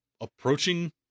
approaching